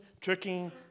tricking